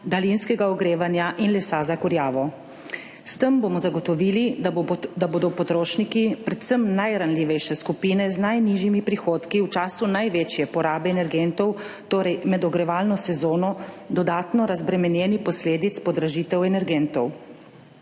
daljinskega ogrevanja in lesa za kurjavo. S tem bomo zagotovili, da bodo potrošniki, predvsem najranljivejše skupine z najnižjimi prihodki, v času največje porabe energentov, torej med ogrevalno sezono, dodatno razbremenjeni posledic podražitev energentov.